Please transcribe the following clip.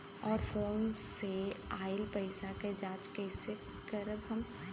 और फोन से आईल पैसा के जांच कैसे करब हम?